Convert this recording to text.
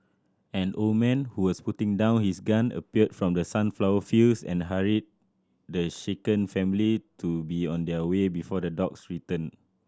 an old man who was putting down his gun appeared from the sunflower fields and hurried the shaken family to be on their way before the dogs return